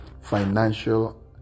financial